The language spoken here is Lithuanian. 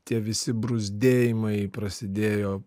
tie visi bruzdėjimai prasidėjo